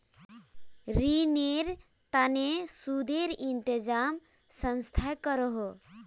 रिनेर तने सुदेर इंतज़ाम संस्थाए करोह